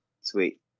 sweet